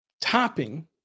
topping